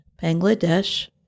Bangladesh